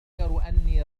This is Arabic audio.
أني